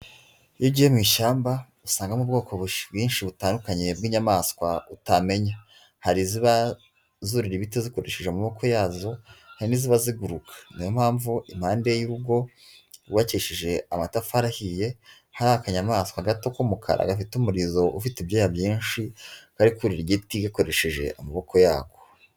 Iyo ugiye mu ishyamba usangamo ubwoko bwinshi butandukanye bw'inyamaswa utamenya; hari iziba zurira ibiti zikoresheje amaboko yazo, hari n'iziba ziguruka. Niyo mpamvu impande y'urugo hubakisheje amatafari ahiye, hari akanyamaswa gato k'umukara gafite umurizo ufite ibyoya byinshi kari kurira igiti gakoresheje amaboko yako.